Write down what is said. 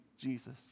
Jesus